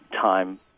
time